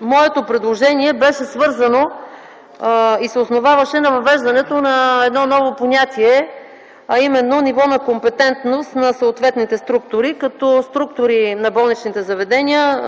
Моето предложение беше свързано и се основаваше на въвеждането на ново понятие, а именно „ниво на компетентност” на съответните структури, като „структури на болничните заведения”